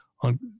on